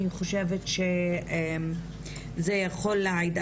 אני חושבת זה יכול להעיד.